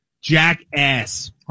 Jackass